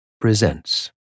Presents